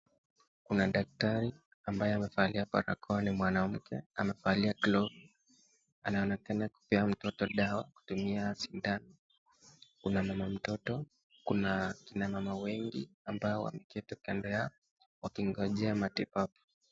Kuna daktari ambaye amevalia barakoa ni mwanamke amevalia glovu. Anaonekana kupea mtoto dawa kutumia sindano. Kuna mama mtoto. Kuna wamama wengi ambao wameketi kando yao wakingojea matibabu.